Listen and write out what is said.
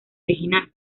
original